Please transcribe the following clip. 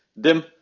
DIM